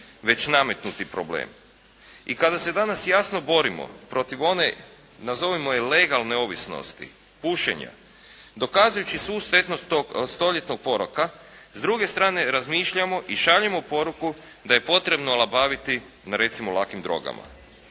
već nametnuti problemi. I kada se danas jasno borimo protiv one nazovimo je legalne ovisnosti, pušenja, dokazujući svu štetnost tog 100-ljetnog poroka s druge strane razmišljamo i šaljemo poruku da je potrebno olabaviti na recimo lakim drogama.